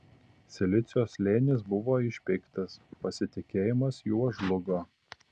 silicio slėnis buvo išpeiktas pasitikėjimas juo žlugo